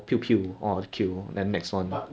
ya lah I'm pretty sure I'm the self guy